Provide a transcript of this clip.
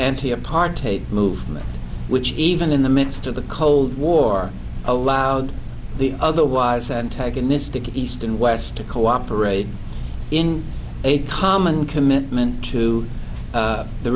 anti apart hate movement which even in the midst of the cold war allowed the otherwise antagonistic east and west to cooperate in a common commitment to